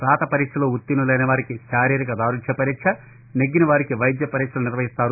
రాత పరీక్షలో ఉత్తీర్ణులైనవారికి శారీరక ధారుద్య పరీక్ష నెగ్గిన వారికి వైద్య పరీక్షలు నిర్వహిస్తారు